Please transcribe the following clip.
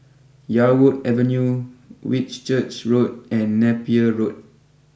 Yarwood Avenue Whitchurch Road and Napier Road